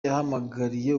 yahamagariye